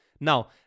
Now